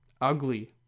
Ugly